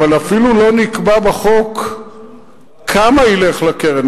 אבל אפילו לא נקבע בחוק כמה ילך לקרן.